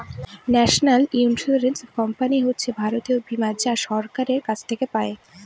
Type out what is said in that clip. national insurance company হচ্ছে জাতীয় বীমা যা সরকারের কাছ থেকে পাই